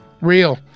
Real